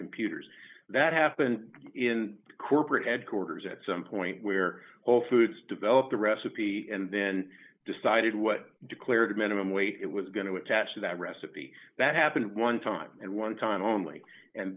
computers that happened in corporate headquarters at some point where all foods developed the recipe and then decided what declared minimum weight it was going to attach to that recipe that happened one time and one time only and